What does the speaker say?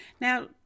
Now